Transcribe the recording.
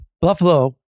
Buffalo